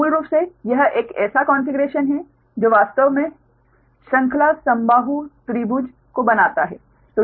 तो मूल रूप से यह एक ऐसा कोन्फ़िगरेशन है जो वास्तव में श्रृंखला समबाहु त्रिभुज को बनाता है